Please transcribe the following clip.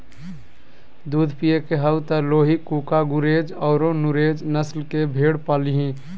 दूध पिये के हाउ त लोही, कूका, गुरेज औरो नुरेज नस्ल के भेड़ पालीहीं